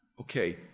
Okay